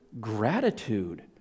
gratitude